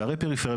בערי פריפריה,